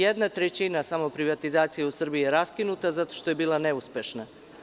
Jedna trećina samo privatizacije u Srbiji je raskinuta zato što je bila neuspešna.